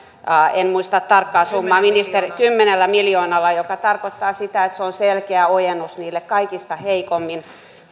en muista tarkkaa summaa kymmenellä miljoonalla se tarkoittaa sitä että se on selkeä ojennus niille kaikista heikoimmin